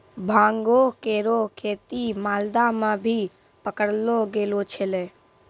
भांगो केरो खेती मालदा म भी पकड़लो गेलो छेलय